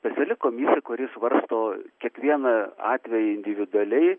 speciali komisija kuris svarsto kiekvieną atvejį individualiai